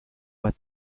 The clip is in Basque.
bat